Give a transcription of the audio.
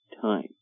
time